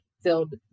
filled